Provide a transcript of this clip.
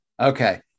Okay